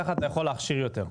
כך אתה יכול להכשיר יותר.